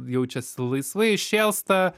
jaučiasi laisvai šėlsta